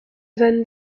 van